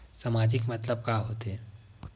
सामाजिक मतलब का होथे?